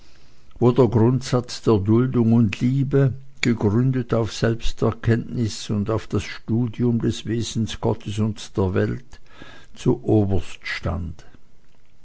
wo der grundsatz der duldung und liebe gegründet auf selbsterkenntnis und auf das studium des wesens gottes und der welt zuoberst stand